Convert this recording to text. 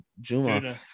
Juma